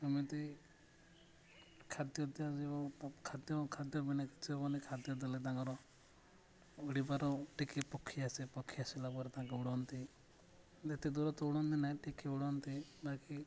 ଏମିତି ଖାଦ୍ୟ ଦିଆଯିବ ଖାଦ୍ୟ ଖାଦ୍ୟ ବିନା କିଛି ହବନି ଖାଦ୍ୟ ଦେଲେ ତାଙ୍କର ଉଡ଼ିବାର ଟିକେ ପକ୍ଷୀ ଆସେ ପକ୍ଷୀ ଆସିଲା ପରେ ତାଙ୍କୁ ଉଡ଼ନ୍ତି ଯେତେ ଦୂର ତ ଉଡ଼ନ୍ତି ନାହିଁ ଟିକେ ଉଡ଼ନ୍ତି ବାକି